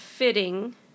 Fitting